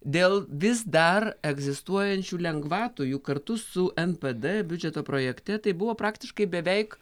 dėl vis dar egzistuojančių lengvatų juk kartu su npd biudžeto projekte tai buvo praktiškai beveik